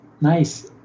nice